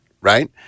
right